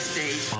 States